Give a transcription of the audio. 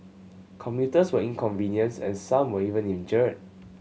commuters were inconvenienced and some were even injured